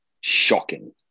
shocking